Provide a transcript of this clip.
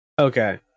okay